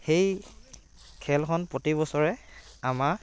সেই খেলখন প্ৰতিবছৰে আমা